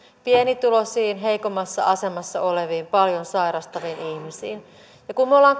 pienituloisiin heikommassa asemassa oleviin paljon sairastaviin ihmisiin ja kun me olemme